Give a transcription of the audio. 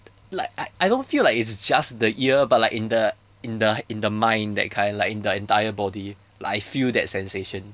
like I I don't feel like it's just the ear but like in the in the in the mind that kind like in the entire body like I feel that sensation